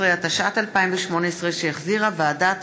16), התשע"ט 2018, שהחזירה ועדת